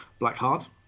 Blackheart